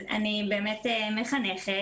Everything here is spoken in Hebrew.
אני מחנכת,